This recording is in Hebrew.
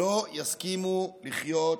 שלא יסכימו לחיות בדיקטטורה.